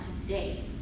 today